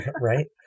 Right